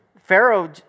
Pharaoh